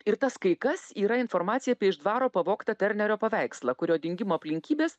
ir tas kai kas yra informacija apie iš dvaro pavogtą ternerio paveikslą kurio dingimo aplinkybės